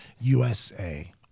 USA